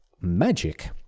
magic